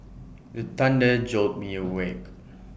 the thunder jolt me awake